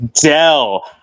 Dell